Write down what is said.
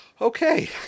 Okay